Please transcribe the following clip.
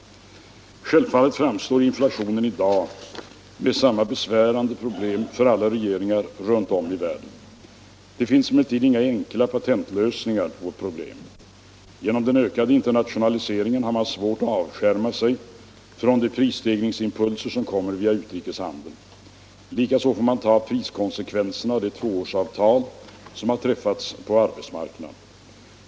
Självfallet framstår inflationen i dag som samma besvärande problem för alla regeringar runt om i världen. Det finns emellertid inga enkla patentlösningar på detta problem. Genom den ökade internationaliseringen har man svårt att avskärma sig från de prisstegringsimpulser som kommer via utrikeshandeln. Likaså får man ta priskonsekvenserna av det tvåårsavtal som träffats på arbetsmarknaden.